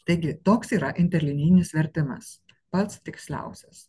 taigi toks yra intelinijinis vertimas pats tiksliausias